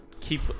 Keep